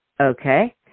okay